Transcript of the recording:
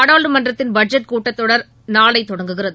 நாடாளுமன்றத்தின் பட்ஜெட் கூட்டத்தொடர் நாளை தொடங்குகிறது